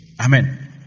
Amen